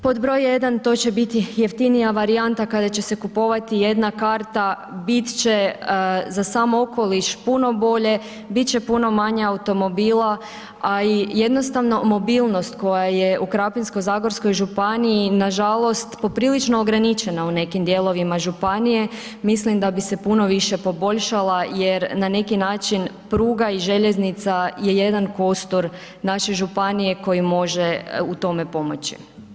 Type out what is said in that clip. Pod broj jedan to će biti jeftinija varijanta kada će se kupovati jedna karta, bit će za sam okoliš puno bolje, bit će puno manje automobila, a i jednostavno mobilnost koja je u Krapinsko-zagorskoj županiji nažalost poprilično ograničena u nekim dijelovima županije, mislim da bi se puno više poboljšala jer na neki način pruga i željeznička je jedan kostur naše županije koji može u tome pomoći.